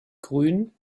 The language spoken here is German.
grün